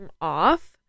off